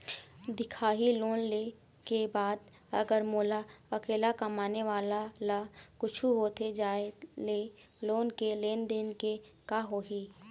दिखाही लोन ले के बाद अगर मोला अकेला कमाने वाला ला कुछू होथे जाय ले लोन के लेनदेन के का होही?